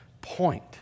point